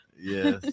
yes